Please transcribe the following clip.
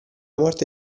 morte